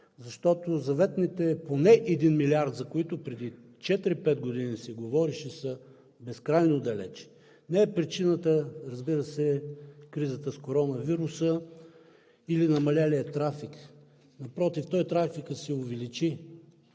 защото заветните поне 1 милиард, за които преди 4 – 5 години се говореше, са безкрайно далече. Не е причината, разбира се, кризата с коронавируса или намалелият трафик. Напротив – трафикът се увеличи,